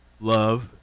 love